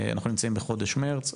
אנחנו נמצאים בחודש מרץ,